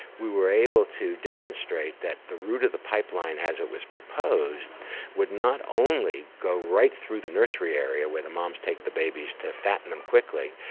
we were able to demonstrate that the route of the pipeline as it was proposed would not only go right through the nursery area where the moms take the babies to fatten them quickly,